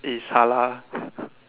is halal